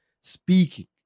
speaking